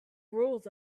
rules